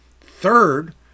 Third